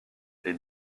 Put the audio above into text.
les